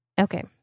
Okay